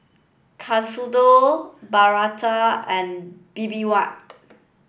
Katsudon Bratwurst and Bibimbap